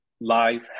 Life